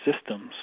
systems